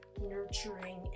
nurturing